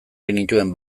genituen